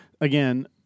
again